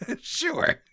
sure